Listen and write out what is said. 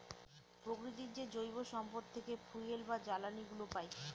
প্রকৃতির যে জৈব সম্পদ থেকে ফুয়েল বা জ্বালানিগুলো পাই